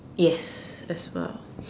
yes as well